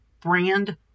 brand